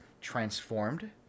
transformed